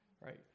Right